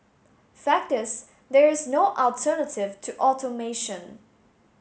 fact is there is no alternative to automation